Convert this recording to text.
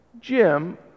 jim